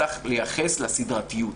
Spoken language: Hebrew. צריך להתייחס לסדרתיות.